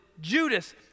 Judas